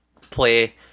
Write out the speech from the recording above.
play